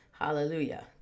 Hallelujah